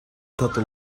تطلب